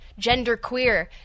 genderqueer